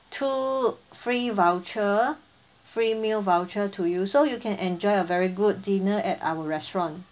two free voucher free meal voucher to you so you can enjoy a very good dinner at our restaurant